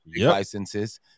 licenses